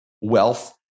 wealth